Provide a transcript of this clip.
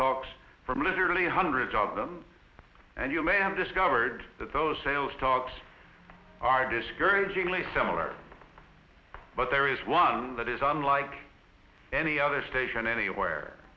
talks from literally hundreds of them and you may have discovered that those sales talks are discouragingly similar but there is one that is unlike any other station anywhere